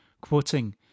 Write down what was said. Quoting